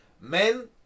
Men